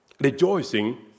rejoicing